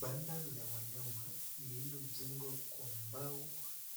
Banda la wanyama lililojengwa kwa mbao